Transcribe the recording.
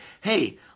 hey